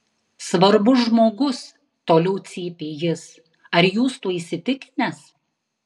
svarbus žmogus toliau cypė jis ar jūs tuo įsitikinęs